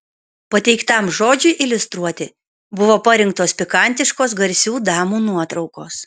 pateiktam žodžiui iliustruoti buvo parinktos pikantiškos garsių damų nuotraukos